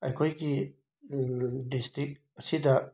ꯑꯩꯈꯣꯏꯒꯤ ꯗꯤꯁꯇꯤꯛ ꯑꯁꯤꯗ